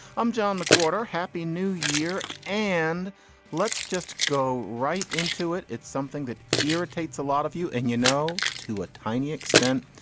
i'm john mcwhorter. happy new year and let's just go right into it. it's something that irritates a lot of you. and, you know, to a tiny extent.